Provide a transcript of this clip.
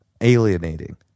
alienating